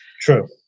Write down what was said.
True